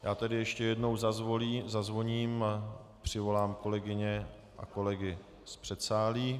Já tedy ještě jednou zazvoním a přivolám kolegyně a kolegy z předsálí .